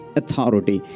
authority